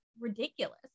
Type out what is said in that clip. ridiculous